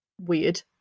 weird